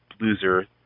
loser